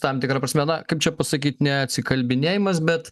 tam tikra prasme na kaip čia pasakyt ne atsikalbinėjimas bet